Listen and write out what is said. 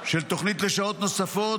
של תוכנית לשעות נוספות,